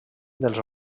dels